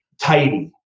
tidy